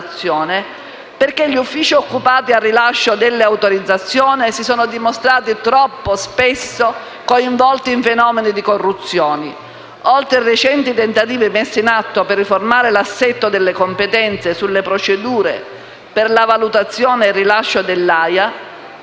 perché gli uffici occupati al rilascio delle autorizzazioni si sono dimostrati corrotti oltre ai recenti tentativi messi in atto per riformare l'assetto delle competenze sulle procedure per la valutazione e il rilascio dell'AIA